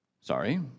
Sorry